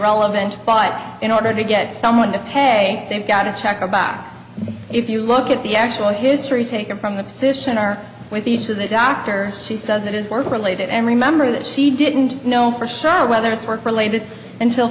relevant but in order to get someone to pay they've got to check a box if you look at the actual history taken from the physician or with each of the doctor she says it is work related and remember that she didn't know for sure whether it's work related until